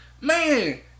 Man